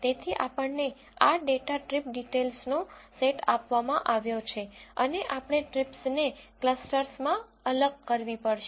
તેથી આપણને આ ડેટા ટ્રીપ ડિટેઈલ્સનો સેટ આપવામાં આવ્યો છે અને આપણે ટ્રિપ્સને ક્લસ્ટર્સ માં અલગ કરવી પડશે